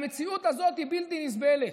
המציאות הזאת היא בלתי נסבלת.